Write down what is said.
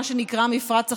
מה שנקרא "מפרץ החדשנות",